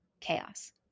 chaos